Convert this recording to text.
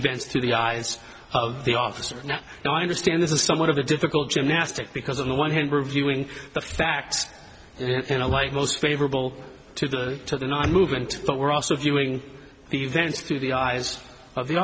events through the eyes of the officer now and i understand this is somewhat of a difficult gymnastic because on the one hand reviewing the facts in a light most favorable to the to the ny movement but we're also viewing events through the eyes of the